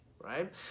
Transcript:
right